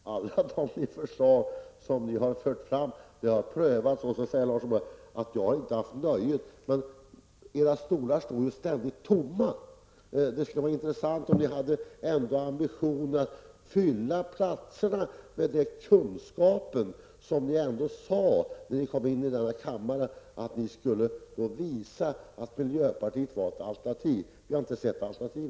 Fru talman! Det är inte brist på motioner, utan det är brist på nya alternativ. Alla förslag som ni har fört fram har prövats, men Lars Norberg säger att han inte har haft nöjet att delta. Men era stolar står ju ständigt tomma. Det skulle vara intressant om ni ändå hade ambitionen att fylla platserna med den kunskap som ni -- när ni kom in i riksdagen -- sade att ni hade. Ni skulle visa att miljöpartiet var ett alternativ. Vi har inte sett detta alternativ.